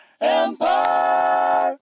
Empire